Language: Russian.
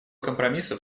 компромиссов